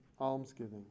almsgiving